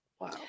Wow